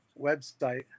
website